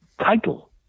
title